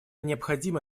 необходимо